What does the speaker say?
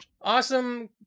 awesome